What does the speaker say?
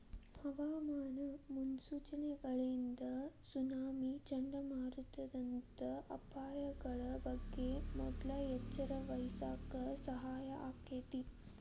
ಹವಾಮಾನ ಮುನ್ಸೂಚನೆಗಳಿಂದ ಸುನಾಮಿ, ಚಂಡಮಾರುತದಂತ ಅಪಾಯಗಳ ಬಗ್ಗೆ ಮೊದ್ಲ ಎಚ್ಚರವಹಿಸಾಕ ಸಹಾಯ ಆಕ್ಕೆತಿ